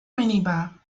minibar